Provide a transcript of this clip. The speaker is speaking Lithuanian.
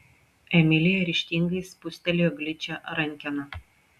emilija ryžtingai spustelėjo gličią rankeną